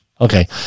Okay